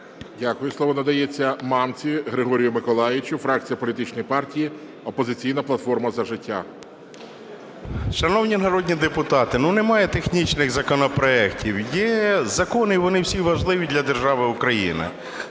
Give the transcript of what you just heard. Дякую. Слово надається Мамці Григорію Миколайовичу, фракція політичної партії "Опозиційна платформа – За життя".